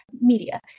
media